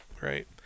right